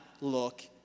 look